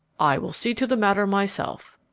i will see to the matter myself.